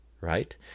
right